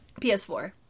PS4